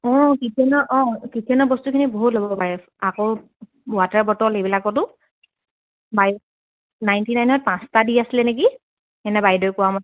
অঁ কিচেনৰ অঁ কিচেনৰ বস্তুখিনি বহুত হ'ব পাৰে আকৌ ৱাটাৰ বটল এইবিলাকতো বাই নাইনটি নাইনত পাঁচটা দি আছিলে নেকি এনে বাইদেউ কোৱা মাতে